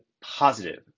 positive